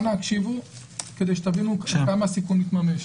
אנא הקשיבו כדי שתבינו עד כמה הסיכון להתממש.